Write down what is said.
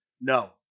No